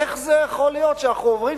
איך זה יכול להיות שאנחנו עוברים,